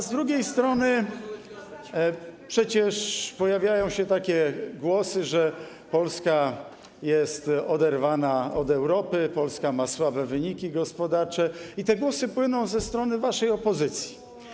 Z drugiej strony przecież pojawiają się takie głosy, że Polska jest oderwana od Europy, Polska ma słabe wyniki gospodarcze i te głosy płyną ze strony waszej opozycji.